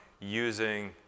using